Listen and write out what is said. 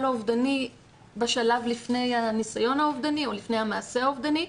האובדני בשלב לפני הניסיון האובדני או לפני המעשה האובדני,